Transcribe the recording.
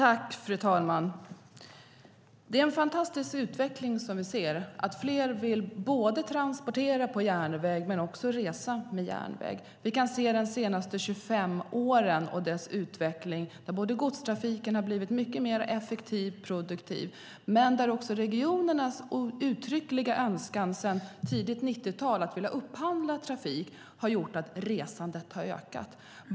Fru talman! Det är en fantastisk utveckling som vi ser, att fler vill både transportera på järnväg och resa på järnväg. Vi kan se de senaste 25 årens utveckling, där godstrafiken har blivit mycket mer effektiv och produktiv och där regionernas uttryckliga önskan sedan tidigt 90-tal att vilja upphandla trafik har gjort att resandet har ökat.